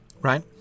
Right